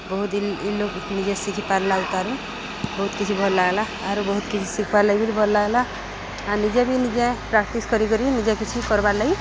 ବହୁତ୍ ଇ ଲୋକ୍ ନିଜେ ଶିଖିପାର୍ଲା ଉତାରୁ ବହୁତ୍ କିଛି ଭଲ୍ ଲାଗ୍ଲା ଆରୁ ବହୁତ୍ କିଛି ଶିଖ୍ବାର୍ ଲାଗି ବି ଭଲ୍ ଲାଗ୍ଲା ଆଉ ନିଜେ ବି ନିଜେ ପ୍ରାକ୍ଟିସ୍ କରିକରି ନିଜେ କିଛି କର୍ବାର୍ ଲାଗି